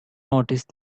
noticed